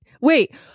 Wait